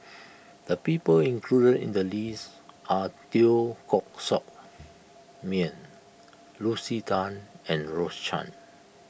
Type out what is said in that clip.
the people included in the list are Teo Koh Sock Miang Lucy Tan and Rose Chan